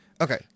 Okay